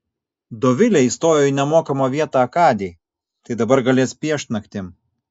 dovilė įstojo į nemokamą vietą akadėj tai dabar galės piešt naktim